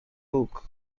book